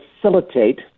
facilitate